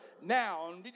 now